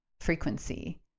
frequency